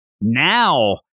Now